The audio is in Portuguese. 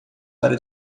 para